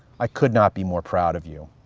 i could not be more proud of you.